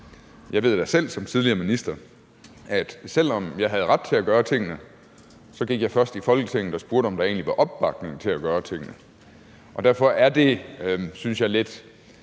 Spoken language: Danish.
Jeg ved da selv som tidligere minister, at selv om jeg havde ret til at gøre tingene, gik jeg først i Folketinget og spurgte, om der egentlig var opbakning til at gøre tingene. Derfor er det, synes jeg, lidt